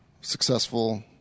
successful